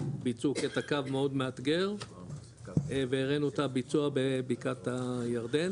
בייצור קטע קו מאד מאתגר והראינו את הביצוע בבקעת הירדן.